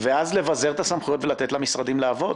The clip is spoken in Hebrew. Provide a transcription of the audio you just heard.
ואז לבזר את הסמכויות ולתת למשרדים לעבוד.